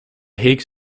higgs